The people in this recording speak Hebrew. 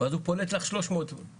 ואז הוא פולט לך 300 בנות